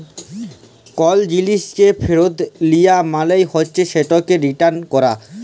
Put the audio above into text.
call জিলিসকে ফিরত লিয়া মালে হছে সেটকে রিটার্ল ক্যরা